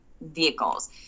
vehicles